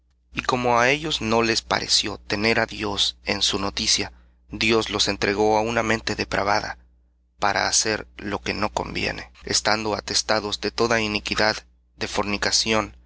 y como á ellos no les pareció tener á dios en noticia dios los entregó á una mente depravada para hacer lo que no conviene estando atestados de toda iniquidad de fornicación